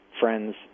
friends